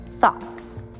thoughts